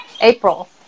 April